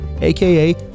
aka